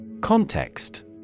Context